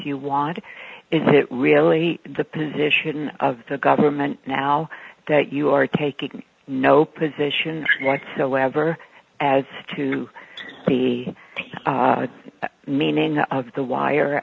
you want is it really the position of the government now that you are taking no position so whatever as to the meaning of the wire